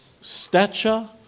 stature